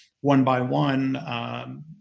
one-by-one